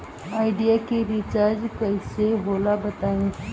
Idea के recharge कइसे होला बताई?